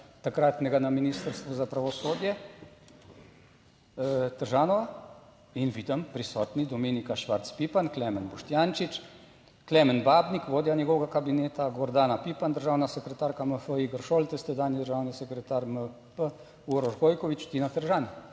takratnega na Ministrstvu za pravosodje - Tržanova in vidim, prisotni Dominika Švarc Pipan, Klemen Boštjančič, Klemen Babnik vodja njegovega kabineta, Gordana Pipan državna sekretarka MF, Igor Šoltes tedanji državni sekretar MP, Uroš Gojkovič, Tina Tržan